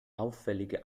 auffällige